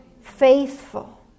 faithful